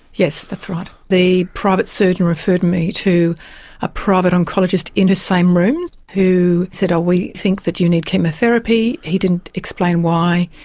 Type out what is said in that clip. yes, that's right. the private surgeon referred me to a private oncologist in the same rooms who said we think that you need chemotherapy. he didn't explain why.